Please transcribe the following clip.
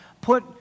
put